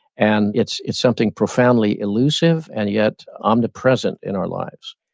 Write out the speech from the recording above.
and it's it's something profoundly elusive and yet omnipresent in our lives.